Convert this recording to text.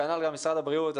כנ"ל גם משרד הבריאות,